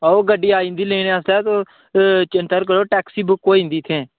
आहो गड्डी आई जंदी लैने आस्तै तुस चिंता निं करो टैक्सी बुक होई जंदी इत्थै